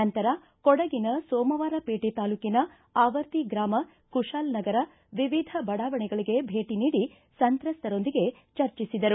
ನಂತರ ಕೊಡಗಿನ ಸೋಮವಾರಪೇಟೆ ತಾಲೂಕಿನ ಆವರ್ತಿ ಗ್ರಾಮ ಕುತಾಲನಗರ ವಿವಿಧ ಬಡಾವಣೆಗಳಿಗೆ ಭೇಟಿ ನೀಡಿ ಸಂತ್ರಸ್ತರೊಂದಿಗೆ ಚರ್ಚಿಸಿದರು